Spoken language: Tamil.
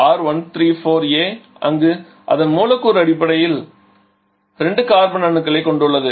R134a அங்கு அதன் மூலக்கூறு கட்டமைப்பில் 2 கார்பன் அணுக்களைக் கொண்டுள்ளது